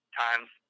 times